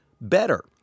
better